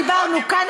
אנחנו דיברנו כאן,